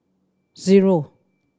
zero